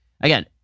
Again